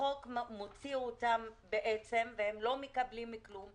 החוק מוציא אותם בעצם והם לא מקבלים כלום.